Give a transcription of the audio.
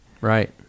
Right